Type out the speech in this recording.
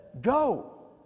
go